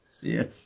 Yes